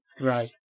Right